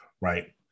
right